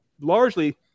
largely